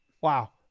wow